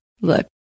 Look